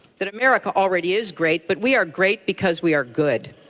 that america already is great, but we are great because we are good.